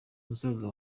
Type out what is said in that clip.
musaza